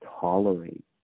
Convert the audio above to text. tolerate